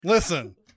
listen